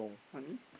funny